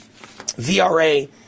VRA